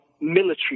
military